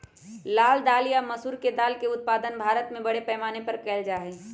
लाल दाल या मसूर के दाल के उत्पादन भारत में बड़े पैमाने पर कइल जा हई